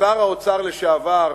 שר האוצר לשעבר,